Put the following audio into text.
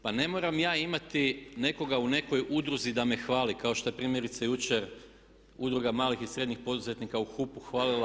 Pa ne moram ja imati nekoga u nekoj udruzi da me hvali kao šta je primjerice jučer Udruga malih i srednjih poduzetnika u HUP-u hvalila.